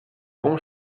bon